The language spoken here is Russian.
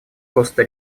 коста